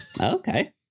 Okay